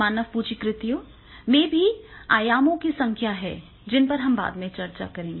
मानव पूंजी कृतियों में भी आयामों की संख्या है जिन पर हम बाद में चर्चा करेंगे